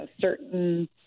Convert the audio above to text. certain